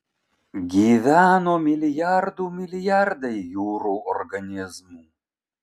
gyveno milijardų milijardai jūrų organizmų